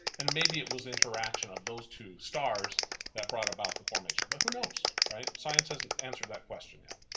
and maybe it was interaction of those two stars that brought about the formation. but who knows, right? science hasn't answered that question yet.